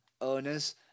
owners